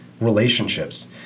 relationships